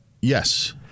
Yes